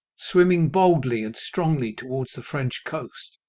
swimming boldly and strongly towards the french coast.